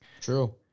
true